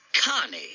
Connie